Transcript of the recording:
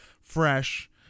fresh